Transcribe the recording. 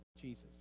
Jesus